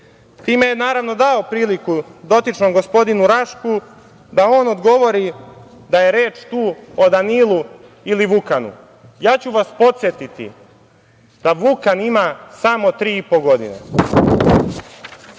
Time je naravno priliku dotičnom gospodinu Rašku da on odgovori da je tu reč o Danilu ili Vukanu. Podsetiću vas da Vukan ima samo tri i po godine.